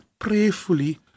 prayfully